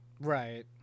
Right